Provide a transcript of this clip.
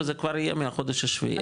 וזה כבר יהיה מהחודש השביעי.